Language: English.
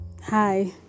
Hi